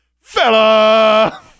fella